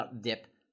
dip